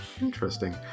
Interesting